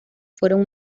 fueron